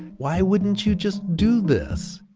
why wouldn't you just do this?